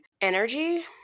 energy